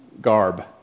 garb